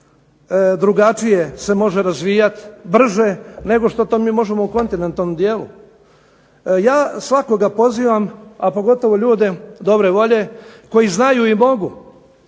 drugačije razvijati, brže nego što to mi možemo u kontinentalnom dijelu. Ja svakoga pozivam, a pogotovo ljude dobre volje, koji znaju i mogu,